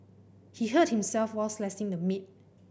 he hurt himself while slicing the meat